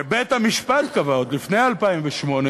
שבית-המשפט קבע, עוד לפני 2008,